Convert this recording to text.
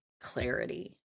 clarity